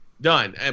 done